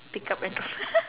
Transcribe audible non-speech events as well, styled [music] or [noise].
pick up and drop [laughs]